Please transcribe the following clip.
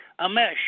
amesh